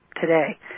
today